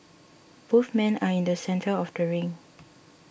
both men are in the centre of the ring